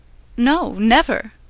no, never.